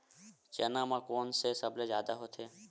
चना म कोन से सबले जादा होथे?